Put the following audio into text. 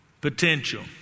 potential